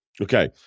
Okay